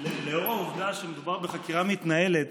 לאור העובדה שמדובר בחקירה מתנהלת,